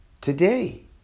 today